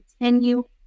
continue